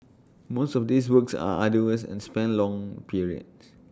most of these works are arduous and span long periods